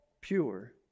pure